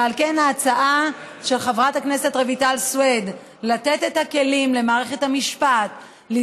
ועל כן ההצעה של חברת הכנסת רויטל סויד היא לתת למערכת המשפט את